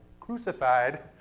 crucified